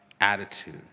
attitude